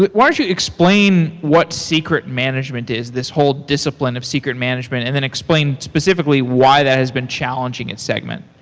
but why don't you explain what secret management is, this whole discipline of secret management and then explain specifically why that has been challenging in segment?